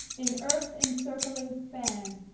in earth-encircling span,